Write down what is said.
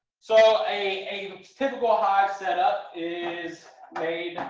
so a typical hive setup is made